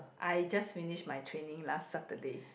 I just finish my training last Saturday